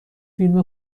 فیلم